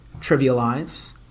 trivialize